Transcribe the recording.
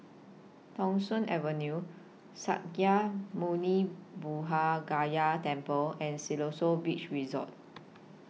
Thong Soon Avenue Sakya Muni Buddha Gaya Temple and Siloso Beach Resort